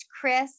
chris